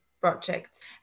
projects